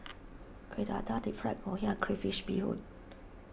Kueh Dadar Deep Fried Ngoh Hiang and Crayfish BeeHoon